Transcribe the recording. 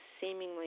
seemingly